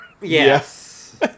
Yes